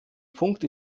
punkt